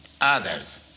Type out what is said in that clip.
others